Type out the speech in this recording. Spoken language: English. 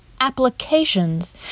applications